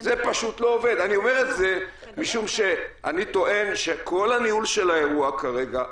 אני אומר את זה משום שאני טוען שכל הניהול של האירוע כרגע,